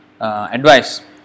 advice